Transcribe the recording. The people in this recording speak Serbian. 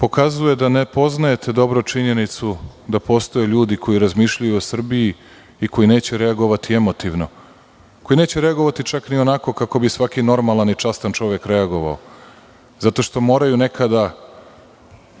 pokazuje da ne poznajete dobro činjenicu, da postoje ljudi koji razmišljaju o Srbiji i koji neće reagovati emotivno. Koji neće reagovati, čak i onako kako bi svaki normalan i častan čovek reagovao, zato što moraju nekada